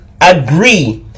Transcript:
agree